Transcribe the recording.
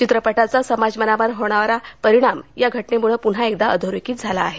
चित्रपटाचा समाजमनावर होणारा परिणामही या घटनेम्ळं प्न्हा एकदा अधोरेखित झाला आहे